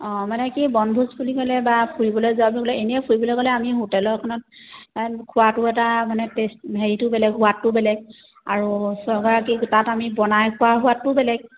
অঁ মানে কি বনভোজ বুলি ক'লে বা ফুৰিবলৈ যোৱা বুলি ক'লে এনেই ফুৰিবলৈ গ'লে আমি হোটেল এখনত খোৱাটো এটা মান টেষ্ট হেৰিটো বেলেগ সোৱাদটো বেলেগ আৰু চৰকাৰ কি তাত আমি বনাই খোৱা সোৱাদটোও বেলেগ